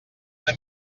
una